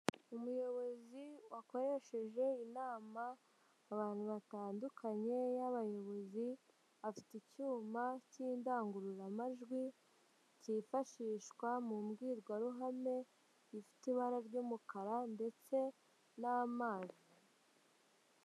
Umuyobozi wakoresheje inama abantu batandukanye y'abayobozi afite icyuma cy'indangururamajwi cyifashishwa mu mbwirwaruhame ifite ibara ry'umukara ndetse n'amazi .